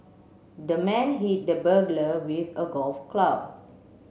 the man hit the burglar with a golf club